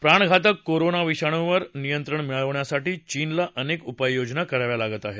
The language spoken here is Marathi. प्राणघातक कोरोना विषाणूंवर नियंत्रण मिळवण्यासाठी चीनला अनेक उपाययोजना काराव्या लागत आहेत